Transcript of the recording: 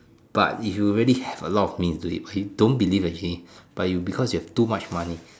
but if you really have a lot of means do it don't believe actually but because you have too much money